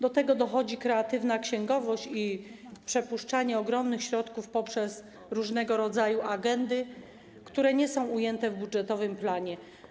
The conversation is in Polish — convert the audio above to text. Do tego dochodzi kreatywna księgowość i przepuszczanie ogromnych środków poprzez różnego rodzaju agendy, które nie są ujęte w budżetowym planie.